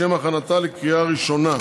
לשם הכנתה לקריאה ראשונה.